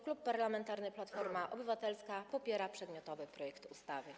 Klub Parlamentarny Platforma Obywatelska popiera przedmiotowy projekt ustawy.